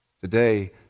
Today